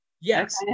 Yes